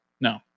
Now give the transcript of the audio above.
No